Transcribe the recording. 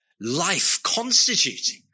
life-constituting